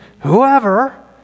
whoever